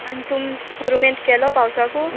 आनी तुम पुरुमेंत केलो पावसाकू